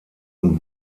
und